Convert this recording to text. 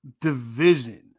division